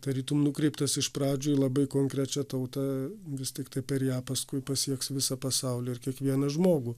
tarytum nukreiptas iš pradžių į labai konkrečią tautą vis tiktai per ją paskui pasieks visą pasaulį ir kiekvieną žmogų